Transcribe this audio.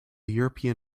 european